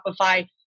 Shopify